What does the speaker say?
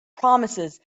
promises